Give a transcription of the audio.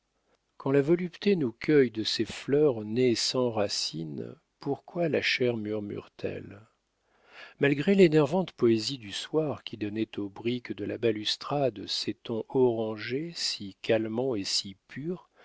quand la volupté nous cueille de ces fleurs nées sans racines pourquoi la chair murmure t elle malgré l'énervante poésie du soir qui donnait aux briques de la balustrade ces tons orangés si calmants et si purs